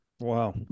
Wow